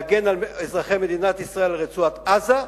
להגן על אזרחי מדינת ישראל, על רצועת-עזה,